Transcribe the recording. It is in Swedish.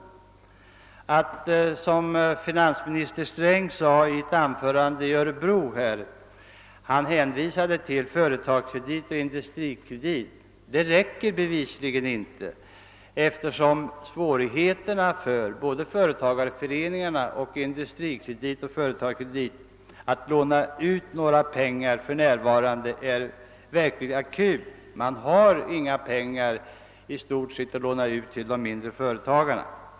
I ett anförande i Örebro hänvisade finansminister Sträng just till AB Företagskredit och AB Industrikredit. Svårigheterna för både företagarföreningarna och de nämnda kreditinstituten att låna ut pengar är emellertid för närvarande verkligt akuta — man har i stort sett inga pengar att låna ut till de mindre företagarna.